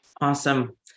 Awesome